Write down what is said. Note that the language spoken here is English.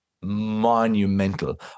monumental